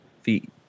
feet